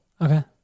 Okay